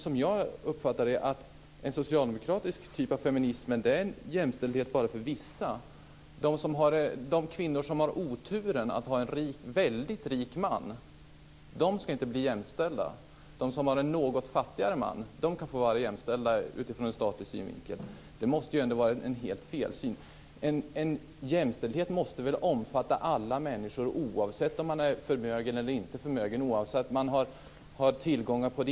Som jag uppfattar det innebär det att en socialdemokratisk typ av feminism är jämställdhet bara för vissa. De kvinnor som har oturen att ha en väldigt rik man ska inte bli jämställda men de som har en något fattigare man kan få vara jämställda från statlig synvinkel. Det måste väl ändå vara en felsyn. Jämställdhet måste väl omfatta alla människor, oavsett om man är förmögen eller inte förmögen och oavsett hur man har tillgångar.